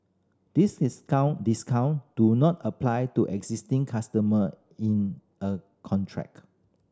these discount discount do not apply to existing customer in a contract